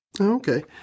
Okay